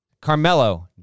Carmelo